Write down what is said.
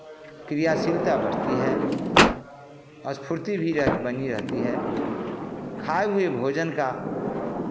क्रियाशीलता बढ़ती है और स्फूर्ति भी रह बनी रहती है खाए हुए भोजन का